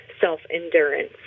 self-endurance